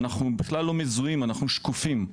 אנחנו בכלל לא מזוהים, אנחנו שקופים.